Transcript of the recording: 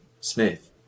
Smith